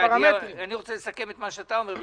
אני רוצה לסכם את מה שאתה אומר,